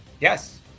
yes